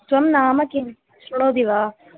तव नाम किं शृणोति वा